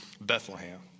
Bethlehem